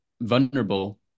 vulnerable